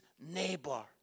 neighbor